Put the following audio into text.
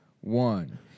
one